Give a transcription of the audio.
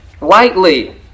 lightly